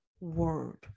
word